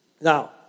Now